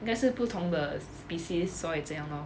应该是不同的 species 所以这样 lor